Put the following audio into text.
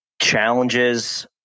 challenges